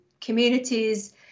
communities